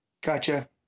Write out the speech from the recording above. Gotcha